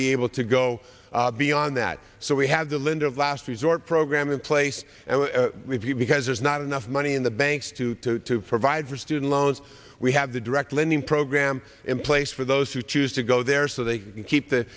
be able to go beyond that so we have the lender of last resort program in place and because there's not enough money in the banks to to provide for student loans we have the direct lending program in place for those who choose to go there so they can keep t